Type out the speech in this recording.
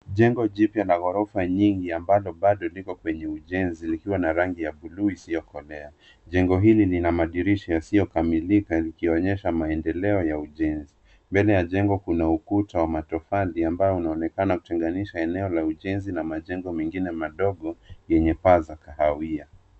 Jengo jipya la ghorofa nyingi ambalo bado lipo kwenye ujenzi likiwa na rangi ya buluu isiyokolea. Jengo hili lina madirisha yasiyokamilika likionyesha maendeleo ya ujenzi. Mbele ya jengo kuna ukuta ma matofali ambao unaonekana kutenganganisha eneo la ujenzi na majengo mengine madogo yenye paa za kahawia.